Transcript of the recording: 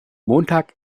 montag